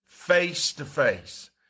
face-to-face